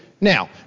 now